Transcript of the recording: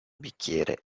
bicchiere